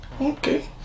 Okay